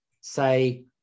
say